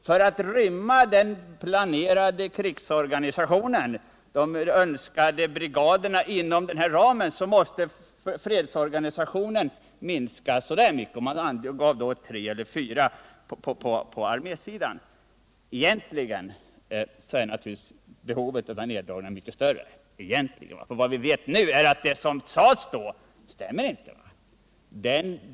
För att rymma den planerade krigsorganisationen, t.ex. de önskade brigaderna, inom den ramen måste fredsorganisationen minskas i viss grad — och man angav tre eller fyra förband på armésidan som skulle kunna dras in. Egentligen är naturligtvis behovet av nedläggningar mycket större. Vad vi vet nu är att det som då sades inte stämmer.